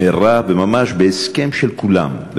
בהסכם של כולם,